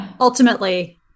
ultimately